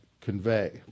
convey